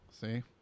See